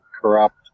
corrupt